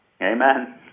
Amen